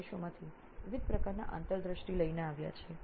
વિવિધ પ્રદેશોના વિદ્યાર્થીઓ પાસે વિવિધ પ્રકારની આંતરદૃષ્ટિ છે